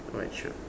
alright sure